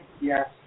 Yes